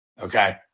Okay